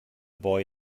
boy